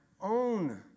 own